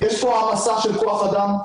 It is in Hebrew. יש פה העמסה של כוח אדם,